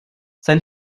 sein